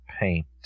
Paint